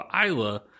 isla